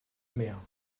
mehr